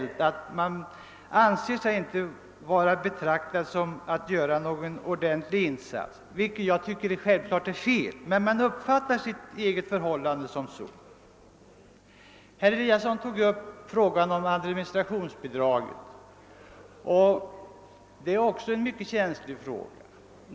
Företagarna känner inte att de anses göra en ordentlig insats. Det tycker jag självfallet är fel, men man uppfattar sin egen situation så. Herr Eliasson tog upp frågan om administrationsbidraget, som också är en mycket känslig fråga.